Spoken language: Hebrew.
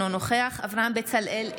אינו נוכח אברהם בצלאל,